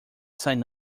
sign